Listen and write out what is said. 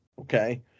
okay